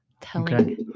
telling